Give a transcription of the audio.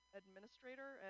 administrator